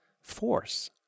force